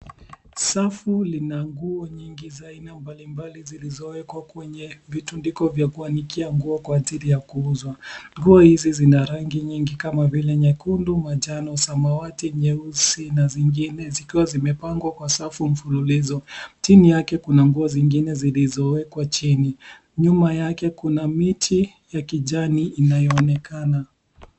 Safu lina nguo nyingi za aina mbalimbali zilizo ekwa kwenye vitundiko vya anikia nguo kwa ajili ya kuuzwa. Nguo hizi zina rangi nyingi kama vile nyekundu, manjano, samawati, nyeusi na zingine zikiwa zimepangwa kwa safu mfululizo. Chini yake kuna nguo zingine zilizo ekwa chini. Nyuma yake kuna miti ya kijani inayonekana.